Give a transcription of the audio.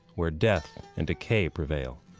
where death and decay prevail.